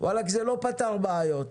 וואלק זה לא פתר בעיות.